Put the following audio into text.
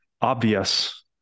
obvious